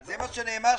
רוויזיה,